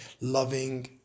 loving